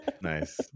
nice